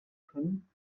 können